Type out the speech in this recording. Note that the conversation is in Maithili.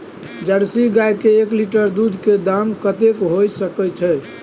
जर्सी गाय के एक लीटर दूध के दाम कतेक होय सके छै?